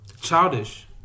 childish